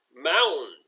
mound